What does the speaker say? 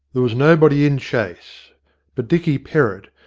there was nobody in chase but dicky perrott,